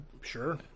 Sure